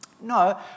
No